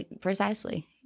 Precisely